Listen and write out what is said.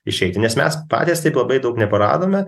išeiti nes mes patys taip labai daug neparadome